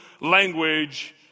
language